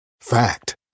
Fact